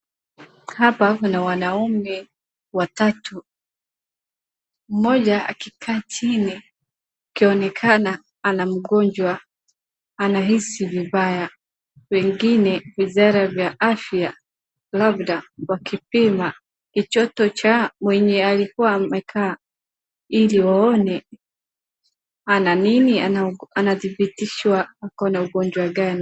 Hapa kuna wanaume watatu. Mmoja akikaa chini, akionekana ana mgonjwa, anahisi vibaya. Wengine wizara vya afya labda wakipima kichoto cha mwenye alikuwa amekaa ili waone ana nini, anadhibitishwa ako na ugonjwa gani.